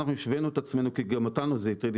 אנחנו השווינו את עצמנו, כי גם אותנו זה הטריד.